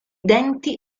denti